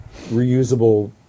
reusable